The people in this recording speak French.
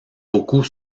beaucoup